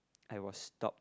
I was stopped